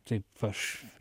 taip aš